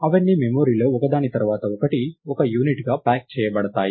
అవన్నీ మెమరీలో ఒకదాని తర్వాత ఒకటి ఒక యూనిట్గా ప్యాక్ చేయబడతాయి